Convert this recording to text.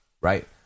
right